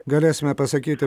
galėsime pasakyti